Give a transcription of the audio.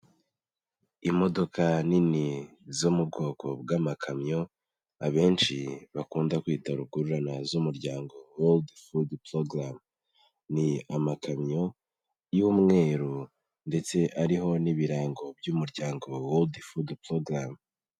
Imodoka nini zo mu bwoko bw'amakamyo, abenshi bakunda kwita rukururana z'Umuryango World Food Program, ni amakamyo y'umweru ndetse ariho n'ibirango by'Umuryango World Food Prorgm.